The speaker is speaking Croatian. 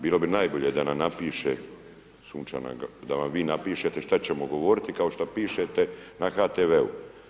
Bilo je najbolje da nam napiše Sunčana, da nam vi napišete šta ćemo govoriti kao šta pišete na HTV-u.